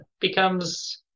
becomes